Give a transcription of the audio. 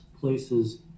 places